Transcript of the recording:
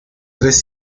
tres